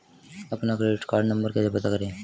अपना credit card number कैसे पता करें?